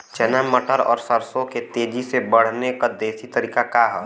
चना मटर और सरसों के तेजी से बढ़ने क देशी तरीका का ह?